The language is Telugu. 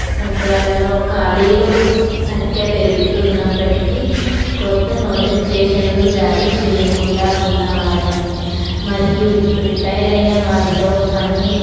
సంధ్యాలలో ఖాళీలు సంఖ్య పెరుగుతున్నప్పటికీ కొత్త నోటిఫికేషన్లు జారీ చేయకుండా ఉన్న వారిని మరియు రిటైర్ అయిన వారిలో పనిని